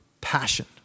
passion